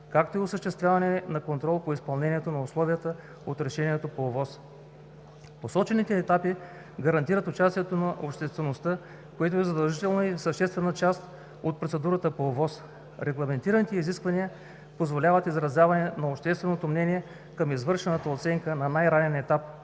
както и осъществяване на контрол по изпълнението на условията от решението по ОВОС. Посочените етапи гарантират участието на обществеността, което е задължителна и съществена част от процедурата по ОВОС. Регламентираните изисквания позволяват изразяване на общественото мнение към извършената оценка на най-ранен етап,